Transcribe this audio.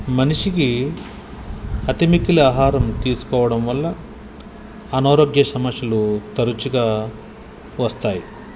మనిషికి అతి మిక్కిలి ఆహారం తీసుకోవడం వల్ల అనారోగ్య సమస్యలు తరచుగా వస్తాయి